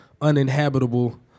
uninhabitable